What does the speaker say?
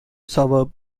suburbs